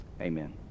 amen